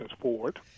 forward